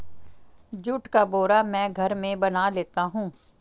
जुट का बोरा मैं घर में बना लेता हूं